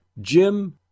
Jim